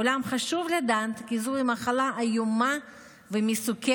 אולם חשוב לדעת כי זוהי מחלה איומה ומסוכנת,